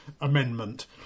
amendment